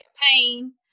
campaign